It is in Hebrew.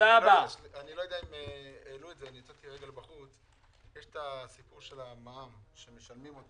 אני לא יודע אם העלו את הסיפור של המע"מ שמשלמים,